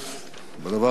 בדבר הזה.